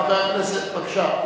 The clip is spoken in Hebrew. חבר הכנסת, בבקשה.